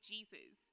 Jesus